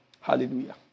Hallelujah